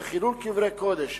זה חילול קברי קודש,